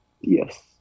Yes